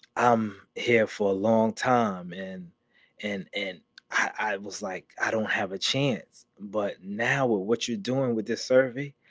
um here for a long time, and and and i was like, i don't have a chance, but now what you're doing with this survey,